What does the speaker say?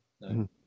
No